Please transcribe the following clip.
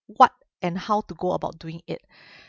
what and how to go about doing it